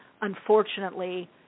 unfortunately